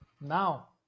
now